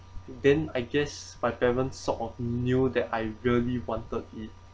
then I guess my parents sort of knew that I really wanted it